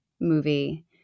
movie